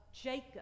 Jacob